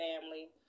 family